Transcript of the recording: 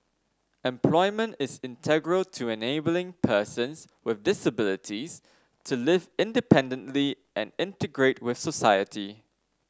employment is integral to enabling persons with disabilities to live independently and integrate with society